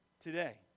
today